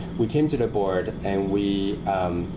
we came to the board and we